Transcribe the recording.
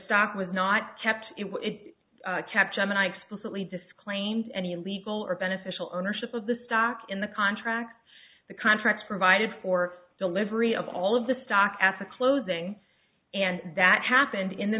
stock was not kept it was kept gemini explicitly disclaimed any legal or beneficial ownership of the stock in the contract the contracts provided for delivery of all of the stock at the closing and that happened in the